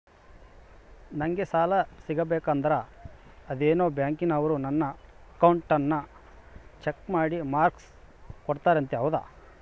ನಂಗೆ ಸಾಲ ಸಿಗಬೇಕಂದರ ಅದೇನೋ ಬ್ಯಾಂಕನವರು ನನ್ನ ಅಕೌಂಟನ್ನ ಚೆಕ್ ಮಾಡಿ ಮಾರ್ಕ್ಸ್ ಕೋಡ್ತಾರಂತೆ ಹೌದಾ?